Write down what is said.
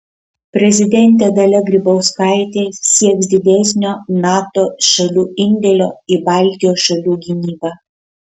prezidentė dalia grybauskaitė sieks didesnio nato šalių indėlio į baltijos šalių gynybą